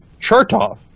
Chertoff